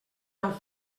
han